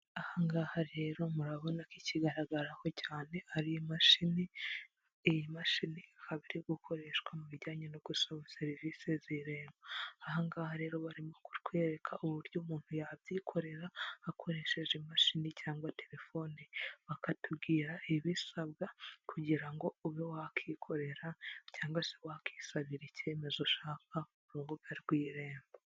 Aha ngaha rero murabona ko ikigaragaraho cyane ari imashini, iyi mashini ikaba iri gukoreshwa mu bijyanye no gusaba serivisi z'Irembo. Aha ngaha rero barimo kutwereka uburyo umuntu yabyikorera, akoresheje imashini cyangwa telefone. Bakatubwira ibisabwa kugira ngo ube wakwikorera, cyangwa se wakisabira icyemezo ushaka ku rubuga rw'Irembo